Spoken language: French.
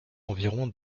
environ